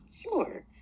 Sure